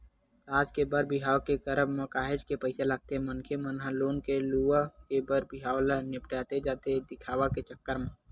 आज के बर बिहाव के करब म काहेच के पइसा लगथे मनखे मन ह लोन ले लुवा के बर बिहाव ल निपटाथे जादा दिखावा के चक्कर म